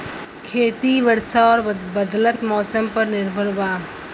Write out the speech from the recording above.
खेती वर्षा और बदलत मौसम पर निर्भर बा